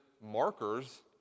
markers